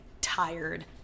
tired